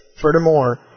Furthermore